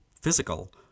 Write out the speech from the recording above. physical